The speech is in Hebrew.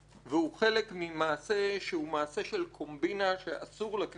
והוא חלק ממעשה שהוא מעשה של קומבינה שאסור לכנסת